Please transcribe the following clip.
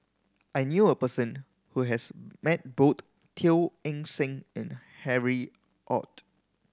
I knew a person who has met both Teo Eng Seng and Harry Ord